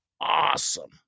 Awesome